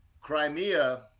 Crimea